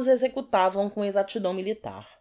alumnos executavam com exactidão militar